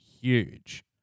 huge